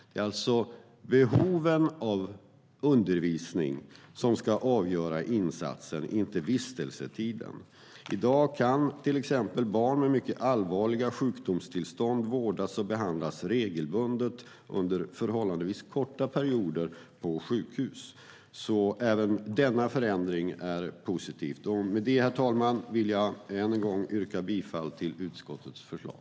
Det är alltså behoven av undervisning som ska avgöra insatsen, inte vistelsetiden. I dag kan till exempel barn med mycket allvarliga sjukdomstillstånd vårdas och behandlas regelbundet under förhållandevis korta perioder på sjukhus. Även denna förändring är positiv. Med det, herr talman, vill jag än en gång yrka bifall till utskottets förslag.